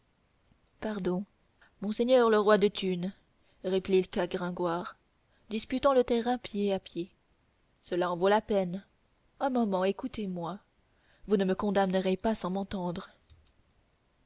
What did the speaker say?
pardon monseigneur le roi de thunes répliqua gringoire disputant le terrain pied à pied cela en vaut la peine un moment écoutez-moi vous ne me condamnerez pas sans m'entendre